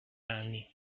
anni